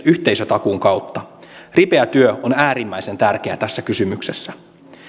yhteisötakuun kautta ripeä työ on äärimmäisen tärkeää tässä kysymyksessä